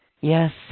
Yes